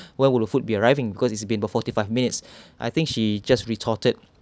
when would the food be arriving because it's been forty-five minutes I think she just retorted